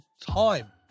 time